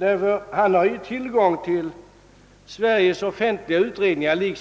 ty han har ju liksom varje annan riksdagsman tillgång till Sveriges offentliga utredningar.